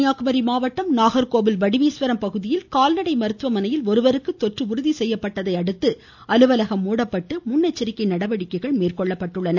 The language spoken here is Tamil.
கன்னியாகுமரி நாகர்கோவில் வடிவீஸ்வரம் பகுதியில் கால்நடை மருத்துவமனையில் ஒருவருக்கு தொற்று உறுதி செய்யப்பட்டதையடுத்து அலுவலகம் மூடப்பட்டு முன்னெச்சரிக்கை நடவடிக்கைகள் எடுக்கப்பட்டுள்ளன